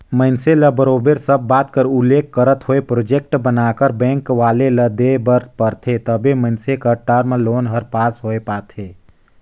मइनसे ल बरोबर सब्बो बात कर उल्लेख करत होय प्रोजेक्ट बनाकर बेंक वाले ल देय बर परथे तबे मइनसे कर टर्म लोन हर पास होए पाथे